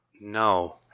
No